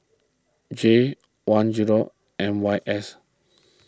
J one zero M Y S